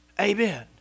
Amen